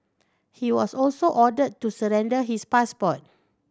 he was also ordered to surrender his passport